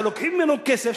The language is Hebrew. כשלוקחים ממנו כסף,